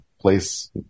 place